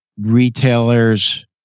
retailers